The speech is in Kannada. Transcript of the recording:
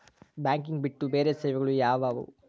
ಬ್ಯಾಂಕಿಂಗ್ ಬಿಟ್ಟು ಬೇರೆ ಸೇವೆಗಳು ಯಾವುವು?